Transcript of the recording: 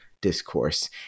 discourse